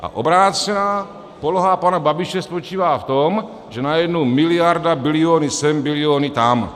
A obrácená poloha pana Babiše spočívá v tom, že najednou miliarda, biliony sem, biliony tam.